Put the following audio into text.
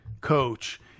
coach